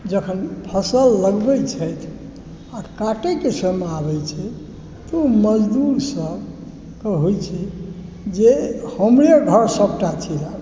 जखन फसल लगबै छथि आ काटैके समय आबै छै तऽ ओ मज़दूरसभक होइ छै जे हमरे घर सभटा चलि आबए